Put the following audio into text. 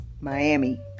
Miami